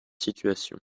situation